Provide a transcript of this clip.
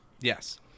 Yes